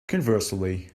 conversely